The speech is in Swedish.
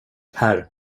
här